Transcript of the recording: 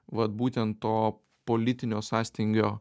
vat būtent to politinio sąstingio